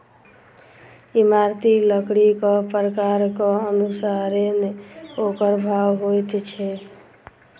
इमारती लकड़ीक प्रकारक अनुसारेँ ओकर भाव होइत छै